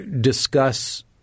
discuss